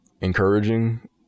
encouraging